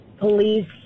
police